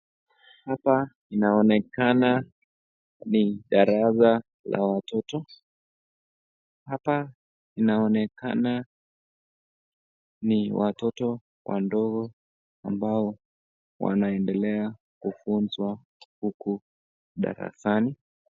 Hapa inaonekana ni darasa la watoto. Hapa inaonekana ni watoto wadogo ambao wanaendelea kufuzwa huku darasani.